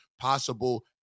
possible